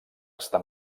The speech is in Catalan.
estar